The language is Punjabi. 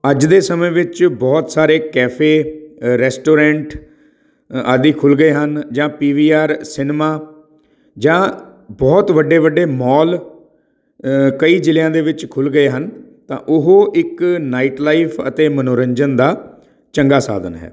ਅੱਜ ਦੇ ਸਮੇਂ ਵਿੱਚ ਬਹੁਤ ਸਾਰੇ ਕੈਫੇ ਰੈਸਟੋਰੈਂਟ ਆਦਿ ਖੁੱਲ ਗਏ ਹਨ ਜਾਂ ਪੀ ਵੀ ਆਰ ਸਿਨੇਮਾ ਜਾਂ ਬਹੁਤ ਵੱਡੇ ਵੱਡੇ ਮੌਲ ਕਈ ਜ਼ਿਲ੍ਹਿਆਂ ਦੇ ਵਿੱਚ ਖੁੱਲ ਗਏ ਹਨ ਤਾਂ ਉਹ ਇੱਕ ਨਾਈਟ ਲਾਈਫ ਅਤੇ ਮਨੋਰੰਜਨ ਦਾ ਚੰਗਾ ਸਾਧਨ ਹੈ